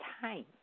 time